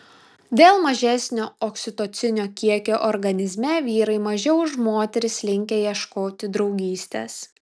dėl mažesnio oksitocino kiekio organizme vyrai mažiau už moteris linkę ieškoti draugystės